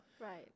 Right